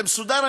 זה מסודר,